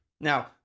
Now